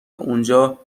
اونجا